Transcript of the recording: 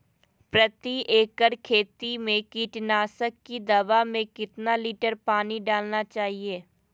प्रति एकड़ खेती में कीटनाशक की दवा में कितना लीटर पानी डालना चाइए?